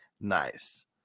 Nice